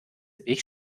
ich